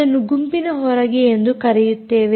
ಅದನ್ನು ಗುಂಪಿನ ಹೊರಗೆ ಎಂದು ಕರೆಯುತ್ತಾರೆ